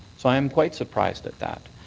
so i'm quite surprised at that.